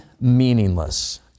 meaningless